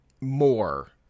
more